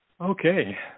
Okay